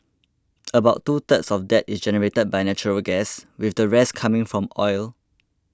about two thirds of that is generated by natural gas with the rest coming from oil